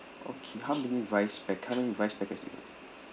okay how many pack~ rice how many rice packets you